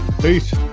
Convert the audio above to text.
Peace